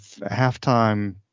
halftime